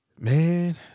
man